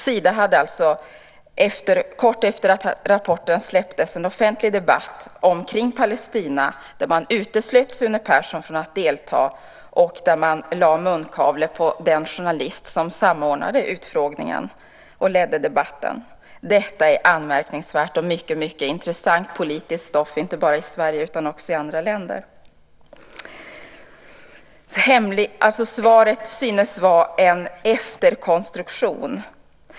Sida hade alltså kort efter att rapporten släpptes en offentlig debatt om Palestina från vilken man uteslöt Sune Persson från att delta, och man lade munkavle på den journalist som samordnade utfrågningen och ledde debatten. Detta är anmärkningsvärt och mycket intressant politiskt stoff, inte bara i Sverige utan också i andra länder. Svaret synes alltså vara en efterkonstruktion.